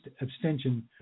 abstention